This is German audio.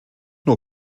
nur